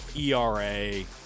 ERA